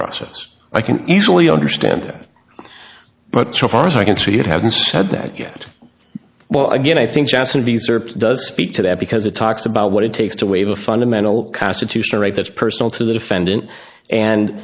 process i can easily understand that but so far as i can see it hasn't said that yet while i get i think chason these are does speak to that because it talks about what it takes to waive a fundamental constitutional right that's personal to the defendant and